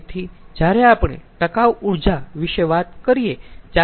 તેથી જ્યારે આપણે ટકાઉ ઊર્જા વિશે વાત કરીયે ત્યારે તે ખુબ જ મહત્વપૂર્ણ છે